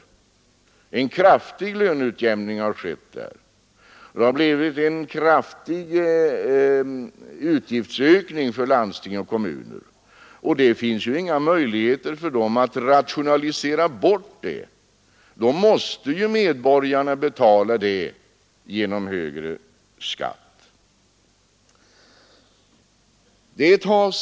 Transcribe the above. Det finns ju inga möjligheter för kommuner och landsting att rationalisera bort denna kraftiga utgiftsökning. Då måste medborgarna betala genom högre skatt.